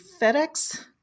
FedEx